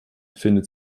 findet